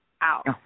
out